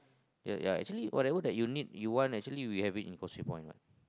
ya ya actually whatever that you need you want actually we have it in Causeway-Point